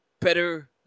Better